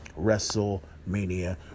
WrestleMania